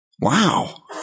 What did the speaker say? Wow